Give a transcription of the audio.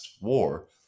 War